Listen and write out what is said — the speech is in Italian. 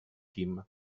team